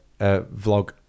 vlog